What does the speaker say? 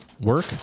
work